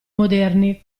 moderni